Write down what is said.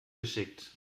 geschickt